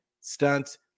stunts